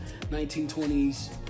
1920s